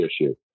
issue